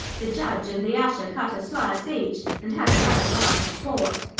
the judge and the usher cut a slice each, and had another glass of port.